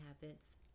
habits